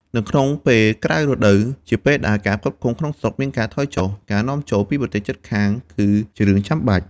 នៅក្នុងពេលក្រៅរដូវ ជាពេលដែលការផលិតក្នុងស្រុកមានការថយចុះ ការនាំចូលពីប្រទេសជិតខាងគឺជារឿងចាំបាច់។